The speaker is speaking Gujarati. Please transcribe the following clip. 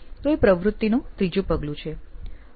તો એ પ્રવૃત્તિનું ત્રીજું પગલું છે